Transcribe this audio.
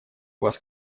вас